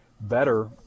better